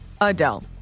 Adele